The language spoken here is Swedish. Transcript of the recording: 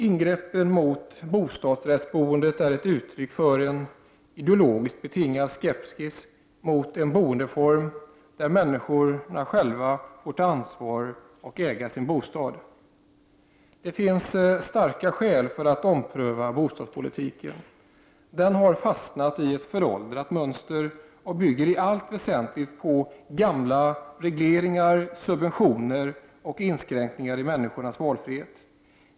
Ingreppen mot bostadsrättsboendet är uttryck för en ideologiskt betingad skepsis mot en boendeform där människor själva får ta ansvar och äga sin bostad. Det finns starka skäl för att ompröva bostadspolitiken. Den har fastnat i ett föråldrat mönster och bygger i allt väsentligt på gamla regleringar, subventioner och inskränkningar i människors valfrihet.